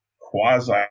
quasi